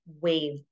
wave